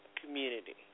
community